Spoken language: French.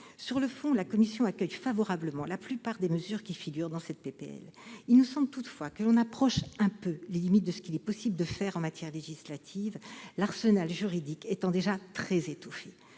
Sur le fond, la commission accueille favorablement la plupart des mesures qui figurent dans cette proposition de loi. Il nous semble toutefois que l'on approche un peu les limites de ce qu'il est possible de faire en matière législative, l'arsenal juridique étant déjà très étoffé.